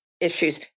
issues